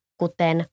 kuten